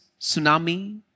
tsunami